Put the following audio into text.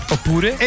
Oppure